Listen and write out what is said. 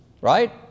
Right